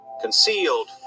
concealed